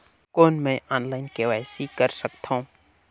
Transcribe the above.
कौन मैं online KYC कर सकथव?